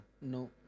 No